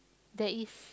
there is